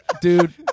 dude